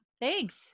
Thanks